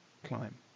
Climb